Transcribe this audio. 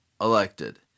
elected